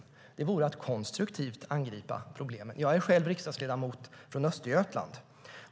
Det vore att konstruktivt angripa problemen. Jag är själv riksdagsledamot från Östergötland.